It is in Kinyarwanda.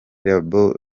label